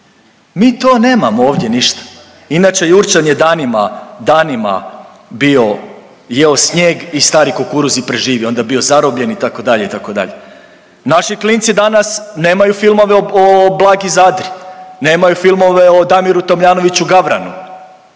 Mi to nemamo ovdje ništa, inače Jurčan je danima, danima bio jeo snijeg i stari kukuruz i preživio, onda je bio zarobljen itd., itd. Naši klinci danas nemaju filmove o Blagi Zadri, nemaju filmove o Damiru Tomljanoviću Gavranu